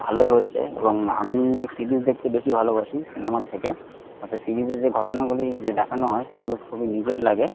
ভালোই হচ্ছে এবং আমি সিরিজ দেখতে বেশি ভালোবাসি সিনেমার থেকে অর্থাৎ সিরিজে যে ঘটনাগুলি যে দেখানো হয় সেগুলো খুবই নিজের লাগে